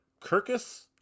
Kirkus